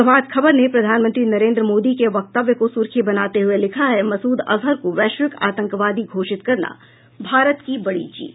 प्रभात खबर ने प्रधानमंत्री नरेन्द्र मोदी के वक्तव्य को सुर्खी बनाते हुए लिखा है मसूद अजहर को वैश्विक आतंकवादी घोषित करना भारत की बड़ी जीत